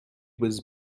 was